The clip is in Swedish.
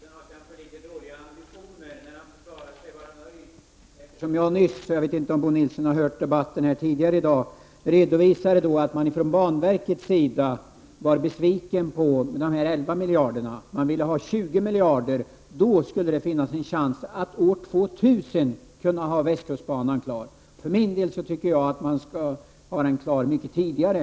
Herr talman! Jag tycker att Bo Nilsson har litet lågt ställda ambitioner när han förklarar sig vara nöjd. Jag vet inte om Bo Nilsson har hört debatten här tidigare i dag. Jag redovisade då att man från banverkets sida var besviken över de 11 miljarderna — man ville ha 20 miljarder. Då skulle det finnas en chans att ha västkustbanan klar år 2000. För min del tycker jag att man skall ha den klar mycket tidigare.